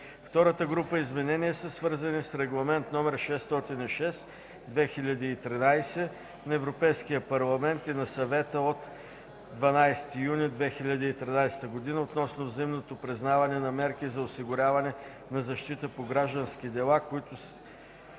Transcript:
Втората група изменения са свързани с Регламент № 606/2013 на Европейския парламент и на Съвета от 12 юни 2013 г. относно взаимното признаване на мерки за осигуряване на защита по граждански дела, който